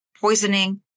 poisoning